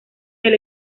del